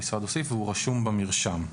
והוא רשום במרשם.